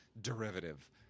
derivative